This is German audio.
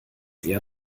eher